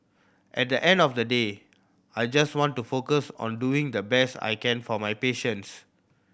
at the end of the day I just want to focus on doing the best I can for my patients